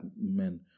men